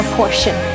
portion